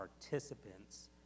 participants